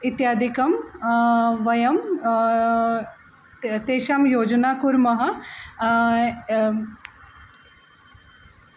इत्यादिकं वयं ते तेषां योजनां कुर्मः